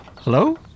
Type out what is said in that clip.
Hello